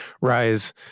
rise